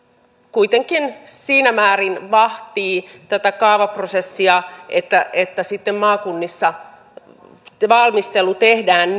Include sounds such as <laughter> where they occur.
kuitenkin siinä määrin vahtii tätä kaavaprosessia että että sitten maakunnissa valmistelu tehdään <unintelligible>